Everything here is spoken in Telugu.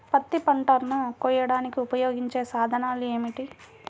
పత్తి పంటలను కోయడానికి ఉపయోగించే సాధనాలు ఏమిటీ?